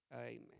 amen